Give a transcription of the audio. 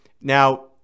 Now